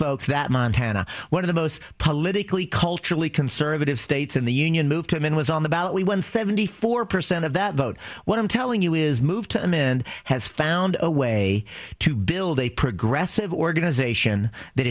folks that montana one of the most politically culturally conservative states in the union moved him in was on the ballot we won seventy four percent of that vote what i'm telling you is moved to him and has found a way to build a progressive organization that